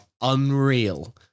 unreal